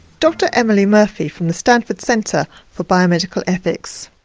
dr emily murphy from the stanford center for biomedical ethics.